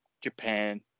Japan